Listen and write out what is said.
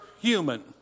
human